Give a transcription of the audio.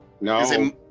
no